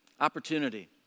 opportunity